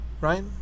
right